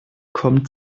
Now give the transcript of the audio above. kommt